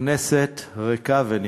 כנסת ריקה ונכבדה,